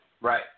Right